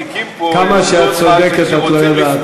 כמה שאת צודקת, את לא יודעת.